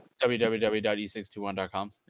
www.e621.com